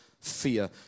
fear